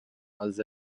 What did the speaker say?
els